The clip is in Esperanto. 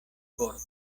korpo